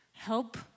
Help